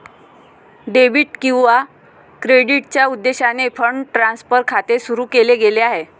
debit किंवा क्रेडिटच्या उद्देशाने फंड ट्रान्सफर खाते सुरू केले गेले आहे